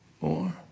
more